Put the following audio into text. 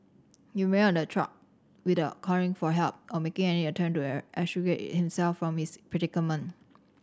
he remained on the track without calling for help or making any attempt to extricate himself from his predicament